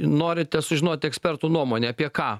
norite sužinoti ekspertų nuomonę apie ką